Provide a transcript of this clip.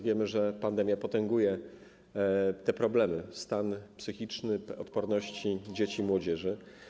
Wiemy, że pandemia potęguje te problemy, stan psychiczny, odporność dzieci i młodzieży.